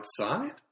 outside